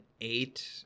eight